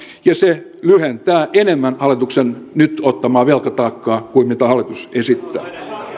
ja se lyhentää enemmän hallituksen nyt ottamaa velkataakkaa kuin mitä hallitus esittää